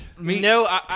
No